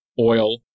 oil